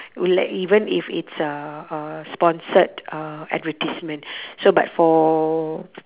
like even if it's uh uh sponsored uh advertisement so but for